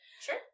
Sure